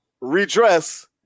redress